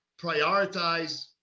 prioritize